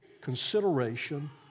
consideration